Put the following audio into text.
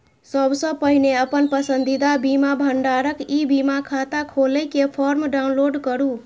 सबसं पहिने अपन पसंदीदा बीमा भंडारक ई बीमा खाता खोलै के फॉर्म डाउनलोड करू